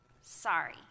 sorry